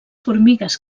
formigues